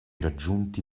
raggiunti